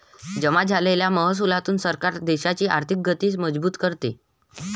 जमा झालेल्या महसुलातून सरकार देशाची आर्थिक गती मजबूत करते